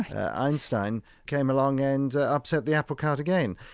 einstein came along and upset the apple cart again.